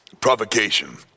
provocation